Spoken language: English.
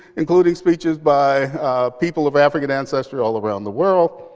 including speeches by people of african ancestry all around the world.